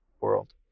world